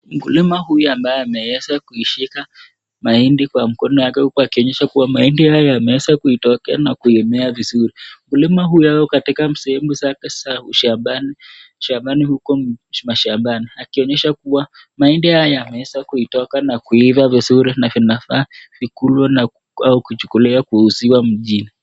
Mkulima huyu ambaye ameweza kuyishika mahindi kwa mkono wake huku akionyesha kuwa mahindi haya yameweza kutokea na kuimea vizuri. Mkulima huyu hayuko katika sehemu za ushambani, shambani huko mashambani, akionyesha kuwa mahindi haya yameweza kutokea na kuiva vizuri na vinafaa vikuliwe ama kuchukuliwa kuuziwa mjini.